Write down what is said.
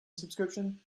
subscription